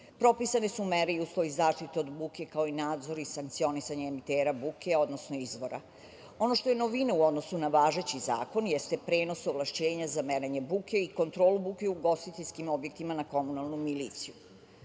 propisane su mere i uslovi zaštite od buke, kao i nadzori sankcionisanja emitera buke, odnosno izvora. Ono što je novina u odnosu na važeći zakon jeste prenos ovlašćenja za merenje buke i kontrolu buke u ugostiteljskim objektima na komunalnu miliciju. Ovde